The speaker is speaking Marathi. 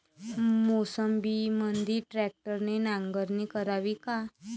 मोसंबीमंदी ट्रॅक्टरने नांगरणी करावी का?